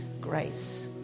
grace